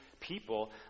people